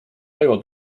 toivo